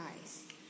nice